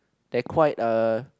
they're quite uh